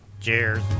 cheers